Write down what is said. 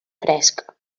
fresc